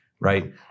right